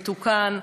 מתוקן,